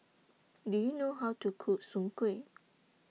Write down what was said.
Do YOU know How to Cook Soon Kway